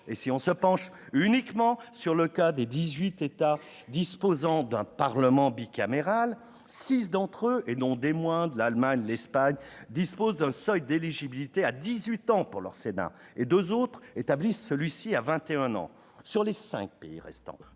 ! Si l'on se penche uniquement sur le cas des treize États disposant d'un Parlement bicaméral, six d'entre eux, et non des moindres-l'Allemagne, l'Espagne -disposent d'un seuil d'éligibilité à dix-huit ans pour leur sénat et deux autres établissent celui-ci à vingt et un ans. Sur les cinq pays restants,